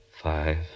five